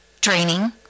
draining